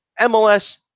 mls